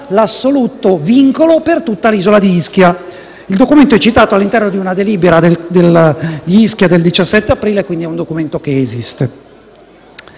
l’assoluto vincolo per tutta l’isola di Ischia (il documento è citato all’interno di una delibera di Ischia del 17 aprile e, quindi, esiste).